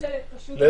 אני מתנצלת, אני